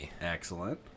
Excellent